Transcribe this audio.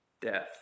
death